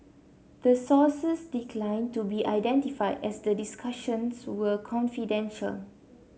the sources declined to be identified as the discussions were confidential